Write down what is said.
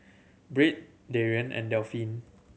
Britt Darrien and Delphin